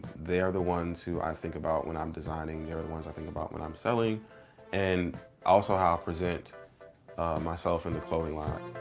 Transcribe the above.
they are the ones who i think about when i'm designing. they're the ones i think about when i'm selling and also how i present myself in the clothing line.